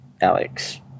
Alex